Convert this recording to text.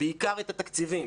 בעיקר התקציבים